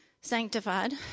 sanctified